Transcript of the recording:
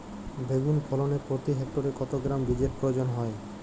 বেগুন ফলনে প্রতি হেক্টরে কত গ্রাম বীজের প্রয়োজন হয়?